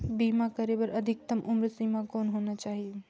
बीमा करे बर अधिकतम उम्र सीमा कौन होना चाही?